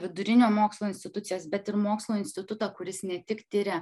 vidurinio mokslo institucijas bet ir mokslo institutą kuris ne tik tiria